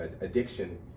addiction